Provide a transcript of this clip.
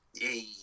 Yay